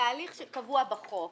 התהליך קבוע בחוק.